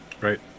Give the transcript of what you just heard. Right